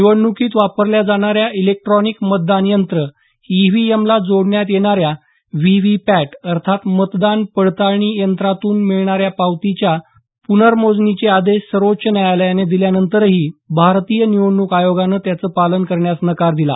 निवडणूकीत वापरल्या जाणाऱ्या इलेक्ट्रॉनिक मतदान यंत्र ईव्हीएमला जोडण्यात येणाऱ्या व्हीव्हीपॅट अर्थात मतदान पडताळणी यंत्रातून मिळणाऱ्या पावतीच्या प्नर्मोजणीचे आदेश सर्वोच्च न्यायालयाने दिल्यानंतरही भारतीय निवडणूक आयोगाने त्याचं पालन करण्यास नकार दिला